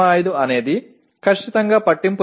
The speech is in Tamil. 05 என்பது கண்டிப்பாக ஒரு பொருட்டல்ல